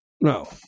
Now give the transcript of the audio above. No